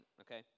okay